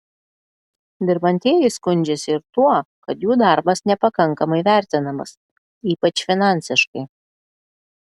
dirbantieji skundžiasi ir tuo kad jų darbas nepakankamai vertinamas ypač finansiškai